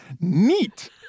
Neat